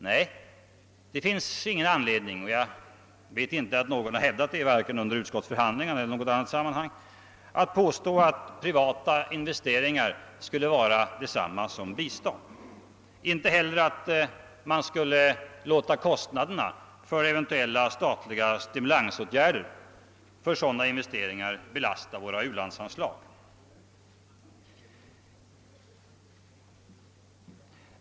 Nej, det finns ingen anledning — och jag vet inte att någon har hävdat det vare sig under utskottsbehandlingen eller i annat sammanhang — att påstå att privata investeringar skulle vara detsamma som bistånd, inte heller att man skulle låta kostnaderna för eventuella statliga stimulansåtgärder för sådana investeringar belasta våra u-landsanslag.